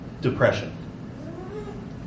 depression